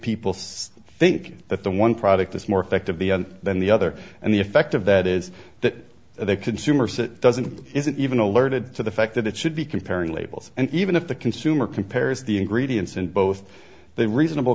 people think that the one product is more effective the than the other and the effect of that is that they consumers that doesn't isn't even alerted to the fact that it should be comparing labels and even if the consumer compares the ingredients in both they reasonable